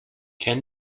can